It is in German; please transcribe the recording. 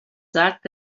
sagt